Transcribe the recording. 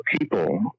people